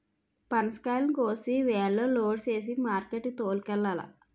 పనసకాయలను కోసి వేనులో లోడు సేసి మార్కెట్ కి తోలుకెల్లాల